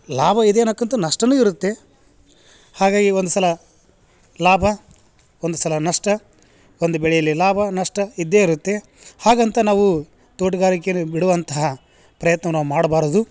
ಲಾಭ ಇದೆ ಅನೋಕಂತ ನಷ್ಟನು ಇರುತ್ತೆ ಹಾಗಾಗಿ ಒಂದು ಸಲ ಲಾಭ ಒಂದು ಸಲ ನಷ್ಟ ಒಂದು ಬೆಳೆಯಲ್ಲಿ ಲಾಭ ನಷ್ಟ ಇದ್ದೆ ಇರತ್ತೆ ಹಾಗಂತ ನಾವು ತೋಟಗಾರಿಕೆಯಲ್ಲಿ ಬಿಡುವಂತಹ ಪ್ರಯತ್ನ ನಾವು ಮಾಡ್ಬಾರದು